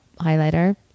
Highlighter